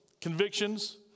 convictions